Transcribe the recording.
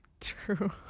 true